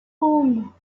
uno